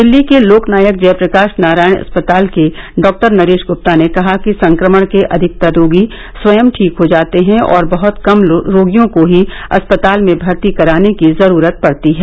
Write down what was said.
दिल्ली के लोक नायक जयप्रकाश नारायण अस्पताल के डॉ नरेश गुप्ता ने कहा कि संक्रमण के अधिकतर रोगी स्वयं ठीक हो जाते हैं और बहत कम रोगियों को ही अस्पताल में भर्ती कराने की जरूरत पडती है